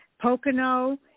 Pocono